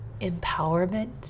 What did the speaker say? empowerment